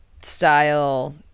style